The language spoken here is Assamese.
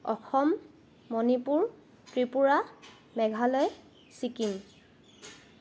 অসম মণিপুৰ ত্ৰিপুৰা মেঘালয় ছিকিম